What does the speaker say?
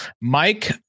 Mike